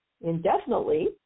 indefinitely